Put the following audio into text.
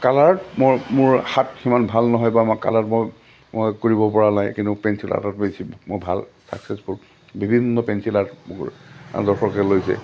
কালাৰত মই মোৰ হাত সিমান ভাল নহয় বা মই কালাৰত মই মই কৰিব পৰা নাই কিন্তু পেঞ্চিল আৰ্টত বেছি মোৰ ভাল চাক্সেছফুল বিভিন্ন পেঞ্চিল আৰ্ট মোৰ দৰ্শকে লৈছে